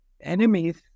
enemies